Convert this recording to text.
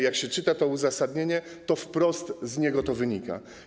Jak się czyta uzasadnienie, wprost z niego to wynika.